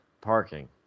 parking